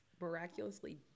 miraculously